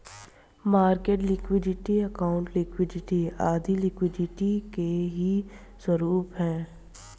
market liquidity, accounting liquidity आदी liquidity के ही स्वरूप है